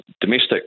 domestic